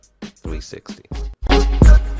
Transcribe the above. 360